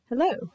Hello